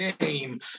name